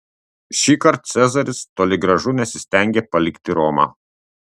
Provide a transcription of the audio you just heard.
šįkart cezaris toli gražu nesistengė palikti romą